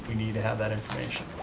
need to have that information.